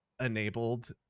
enabled